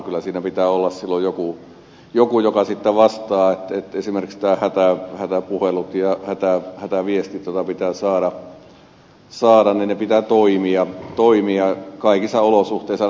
kyllä siinä pitää olla silloin joku joka sitten vastaa että esimerkiksi hätäpuheluiden ja hätäviestien joita pitää saada pitää toimia kaikissa olosuhteissa